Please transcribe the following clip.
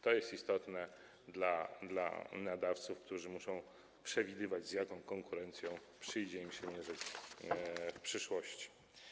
To jest istotne dla nadawców, którzy muszą przewidywać, z jaką konkurencją przyjdzie im się mierzyć w przyszłości.